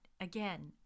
again